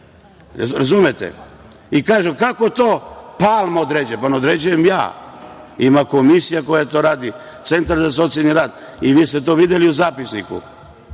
se smejali. Kažu – kako to Palma određuje? Pa, ne određujem ja, ima komisija koja to radi, centar za socijalni rad. Vi ste to videli u zapisniku.